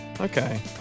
Okay